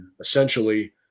essentially